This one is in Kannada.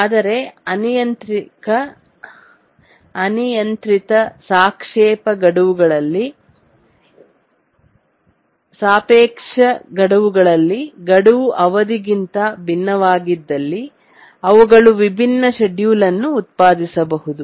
ಆದರೆ ಅನಿಯಂತ್ರಿತ ಸಾಪೇಕ್ಷ ಗಡುವುಗಳಲ್ಲಿ ಗಡುವು ಅವಧಿಗಿಂತ ಭಿನ್ನವಾಗಿದಲ್ಲಿ ಅವುಗಳು ವಿಭಿನ್ನ ಶೆಡ್ಯೂಲನ್ನು ಉತ್ಪಾದಿಸಬಹುದು